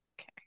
Okay